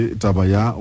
tabaya